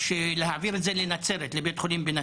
להעביר את הצעת חוק האנטומיה והפתולוגיה (תיקון